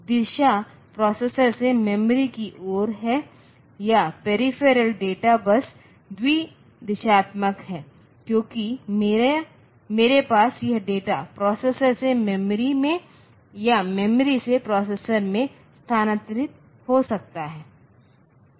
दिशा processor से memory की ओर है या पेरीफेरल डेटा बस द्वि दिशात्मक है क्योंकि मेरे पास यह डेटा प्रोसेसर से मेमोरी में या मेमोरी से प्रोसेसर में स्थानांतरित हो सकता है